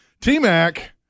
t-mac